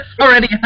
already